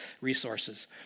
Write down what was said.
resources